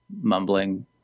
mumbling